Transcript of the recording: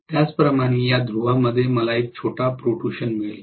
त्याचप्रमाणे या ध्रुवामध्ये मला एक छोटा प्रोट्रूशन मिळेल